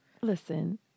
Listen